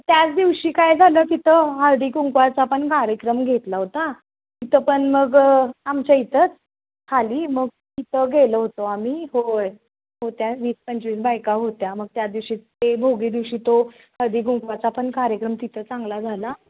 त्याच दिवशी काय झालं तिथं हळदी कुंकवाचा पण कार्यक्रम घेतला होता तिथं पण मग आमच्या इथंच खाली मग तिथं गेल होतं आम्ही होय होत्या वीस पंचवीस बायका होत्या मग त्या दिवशी ते भोगी दिवशी तो हळदी कुंकवाचा पण कार्यक्रम तिथं चांगला झाला